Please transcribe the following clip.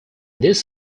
this